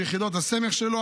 ויחידות הסמך שלו,